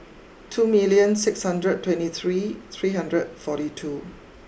two million six hundred twenty three three hundred forty two